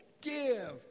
give